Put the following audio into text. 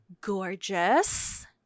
gorgeous